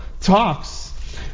talks